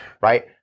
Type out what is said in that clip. right